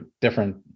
different